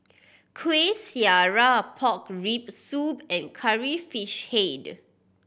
Kueh Syara pork rib soup and Curry Fish Head